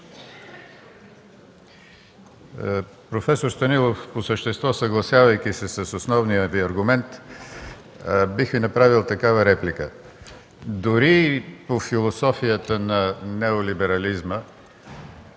Професор Станилов, по същество съгласявайки се с основния Ви аргумент, бих Ви направил такава реплика – дори и по философията на неолиберализма